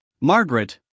Margaret